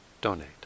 donate